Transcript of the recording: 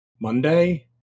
Monday